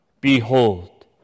Behold